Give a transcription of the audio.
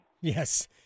Yes